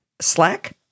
Slack